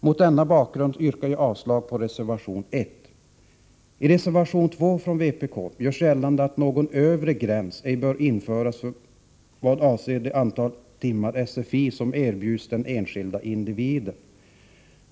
Mot denna bakgrund yrkar jag avslag på reservation 1. I reservation 2, från vpk, görs gällande att någon övre gräns ej bör införas vad avser det antal timmar SFI som erbjuds den enskilda individen.